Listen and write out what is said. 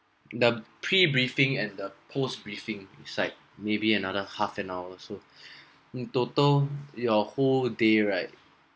the pre-briefing and the post briefing inside maybe another half an hour so total your whole day right